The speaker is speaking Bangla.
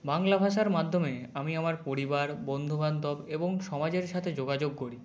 বাংলা ভাষার মাধ্যমে আমি আমার পরিবার বন্ধু বান্ধব এবং সমাজের সাথে যোগাযোগ করি